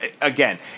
again